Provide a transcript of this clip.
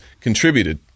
contributed